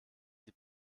sie